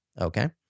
Okay